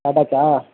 சாப்பிடாச்சா